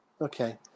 Okay